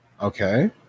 Okay